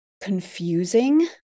confusing